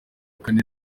kane